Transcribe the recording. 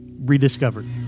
rediscovered